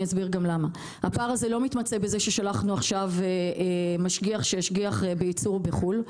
הפער הזה לא מתמצה בזה ששלחנו עכשיו משגיח שישגיח בייצור בחו"ל,